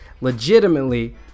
legitimately